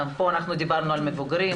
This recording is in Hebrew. פה אנחנו דיברנו על מבוגרים,